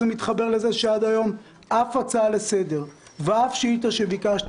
זה מתחבר לזה שעד היום אף הצעה לסדר ואף שאילתה שביקשתי,